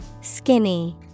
Skinny